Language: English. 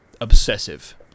obsessive